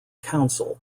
council